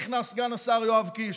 נכנס סגן השר יואב קיש,